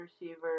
receiver